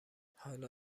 حالا